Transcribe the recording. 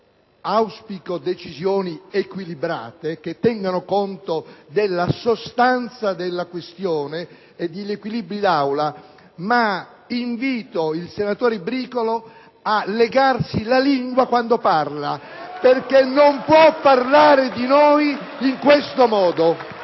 assumere decisioni equilibrate, che tengano conto della sostanza della questione e degli equilibri d'Aula, ma invito il senatore Bricolo a legarsi la lingua quando parla *(Proteste dal Gruppo LNP)*, perché non può parlare di noi in questo modo!